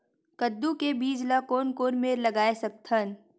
कददू के बीज ला कोन कोन मेर लगय सकथन?